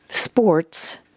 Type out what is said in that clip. sports